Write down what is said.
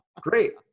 great